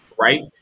Right